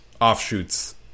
offshoots